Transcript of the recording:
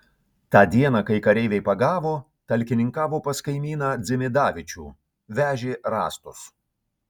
tą dieną kai kareiviai pagavo talkininkavo pas kaimyną dzimidavičių vežė rąstus